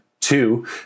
Two